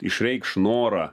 išreikš norą